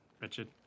Richard